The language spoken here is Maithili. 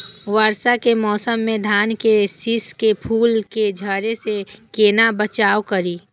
वर्षा के मौसम में धान के शिश के फुल के झड़े से केना बचाव करी?